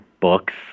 books